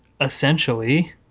essentially